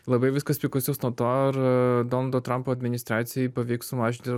labai viskas priklausys nuo to ar donaldo trampo administracijai pavyks sumažinti